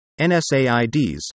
NSAIDs